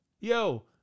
Yo